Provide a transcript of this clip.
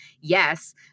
yes